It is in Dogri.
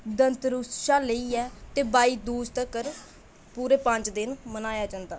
धनतेरस कोला लेइयै ते भाई दूज तगर पूरे पंज दिन मनाया जंदा